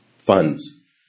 funds